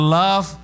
love